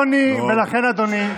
לא, ולכן, אדוני,